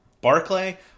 Barclay